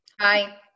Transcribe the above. Hi